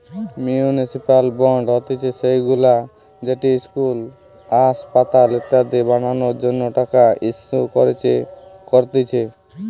municipal bond হতিছে সেইগুলা যেটি ইস্কুল, আসপাতাল ইত্যাদি বানানোর জন্য টাকা ইস্যু করতিছে